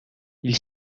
ils